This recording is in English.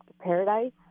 paradise